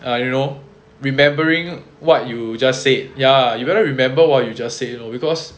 err you know remembering what you just said ya you better remember what you just said lor because